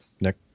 Nick